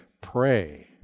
Pray